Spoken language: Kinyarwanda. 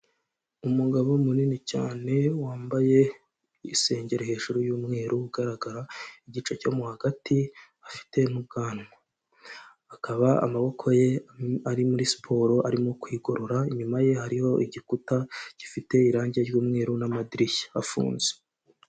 Umugabo munini cyane wambaye isengeri hejuru y'umweru ugaragara igice cyo hagati afite n'ubwanwa akaba amaboko ye ari muri siporo arimo kwigorora, inyuma ye hariho igikuta gifite irangi ry'umweru n'amadirishya afunze.